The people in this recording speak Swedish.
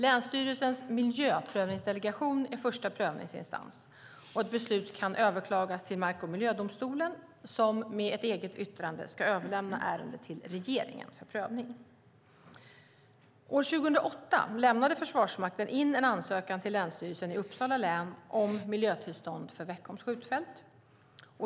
Länsstyrelsens miljöprövningsdelegation är första prövningsinstans. Ett beslut kan överklagas till mark och miljödomstolen, som med ett eget yttrande ska överlämna ärendet till regeringen för prövning. År 2008 lämnade Försvarsmakten in en ansökan till länsstyrelsen i Uppsala län om miljötillstånd för Veckholms skjutfält.